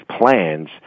plans